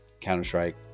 Counter-Strike